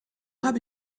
habe